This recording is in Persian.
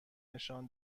نشان